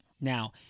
now